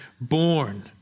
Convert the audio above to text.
born